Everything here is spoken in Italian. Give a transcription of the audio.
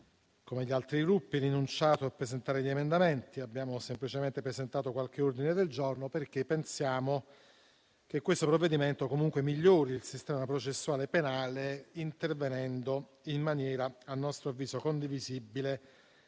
anche gli altri Gruppi, rinunciato a presentare emendamenti. Abbiamo semplicemente presentato qualche ordine del giorno, perché pensiamo che questo provvedimento comunque migliori il sistema processuale penale, intervenendo - in maniera a nostro avviso condivisibile